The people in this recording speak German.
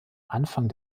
anfang